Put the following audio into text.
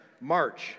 March